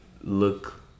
look